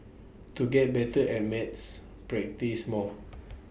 to get better at maths practise more